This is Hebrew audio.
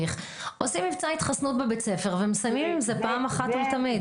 עושים מבצע התחסנות בבית ספר ומסיימים עם זה פעם אחת ולתמיד?